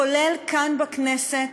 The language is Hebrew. כולל כאן, בכנסת,